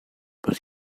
but